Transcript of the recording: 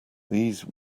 those